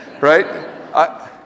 right